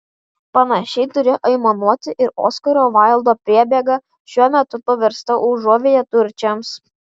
panašiai turėjo aimanuoti ir oskaro vaildo priebėga šiuo metu paversta užuovėja turčiams